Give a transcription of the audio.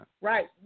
Right